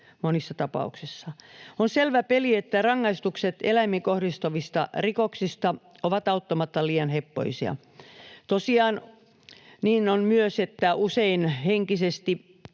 monissa tapauksissa. On selvä peli, että rangaistukset eläimiin kohdistuvista rikoksista ovat auttamatta liian heppoisia. Tosiaan niin on myös, että usein henkisesti